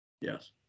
Yes